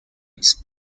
east